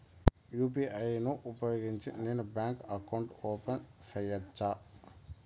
UPI ను ఉపయోగించి నేను బ్యాంకు అకౌంట్ ఓపెన్ సేయొచ్చా?